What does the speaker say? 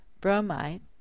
bromide